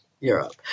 Europe